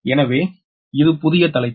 எனவே இது புதிய தலைப்பு